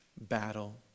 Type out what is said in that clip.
battle